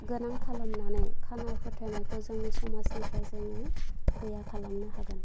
गोनां खालामनानै खाना फोथायनायखौ जोंनि समाजनिफ्राय जोङो गैया खालामनो हागोन